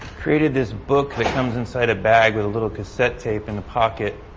created this book that comes inside a bag with a little cassette tape in the pocket